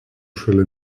šalia